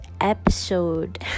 episode